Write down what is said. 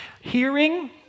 Hearing